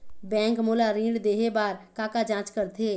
Bank मोला ऋण देहे बार का का जांच करथे?